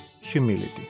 humility